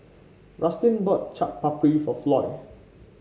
Rustin bought Chaat Papri for Floy